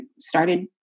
started